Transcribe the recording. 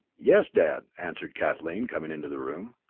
yes, dad, answered kathleen, coming into the room.